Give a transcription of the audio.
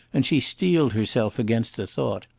and she steeled herself against the thought.